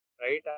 right